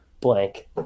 blank